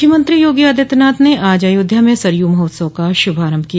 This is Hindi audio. मुख्यमंत्री योगी आदित्यनाथ ने आज अयोध्या में सरयू महोत्सव का शुभारम्भ किया